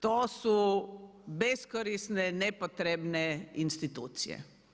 To su beskorisne, nepotrebne institucije.